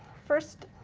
first,